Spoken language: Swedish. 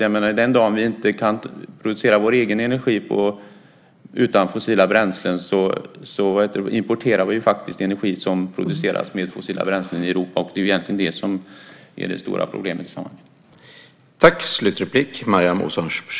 Och den dag som vi inte kan producera vår egen energi utan fossila bränslen så importerar vi faktiskt energi som produceras med fossila bränslen i Europa. Och det är egentligen det som är det stora problemet i sammanhanget.